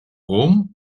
rom